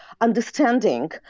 understanding